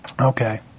Okay